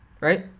right